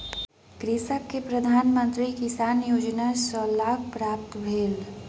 कृषक के प्रधान मंत्री किसान योजना सॅ लाभ प्राप्त भेल